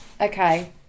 Okay